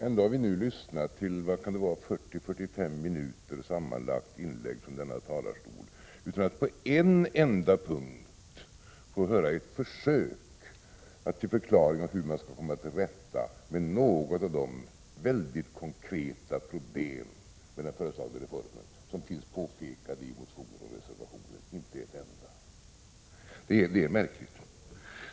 Ändå har vi nu lyssnat isammanlagt 4045 minuter på inlägg från denna talarstol utan att på en enda punkt få höra ett försök till förklaring av hur man skall komma till rätta med något av de mycket konkreta problemen med den föreslagna reformen som påpekas i motioner och reservationer. Det är märkligt.